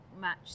match